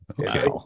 Okay